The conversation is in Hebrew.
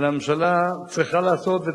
אלא הממשלה צריכה לעשות,